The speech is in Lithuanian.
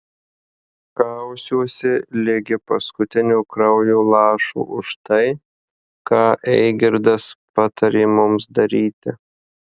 kausiuosi ligi paskutinio kraujo lašo už tai ką eigirdas patarė mums daryti